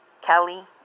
Kelly